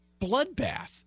bloodbath